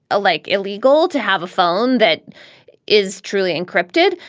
like illegal to have a phone that is truly encrypted,